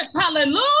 hallelujah